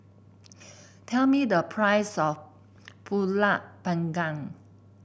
tell me the price of pulut Panggang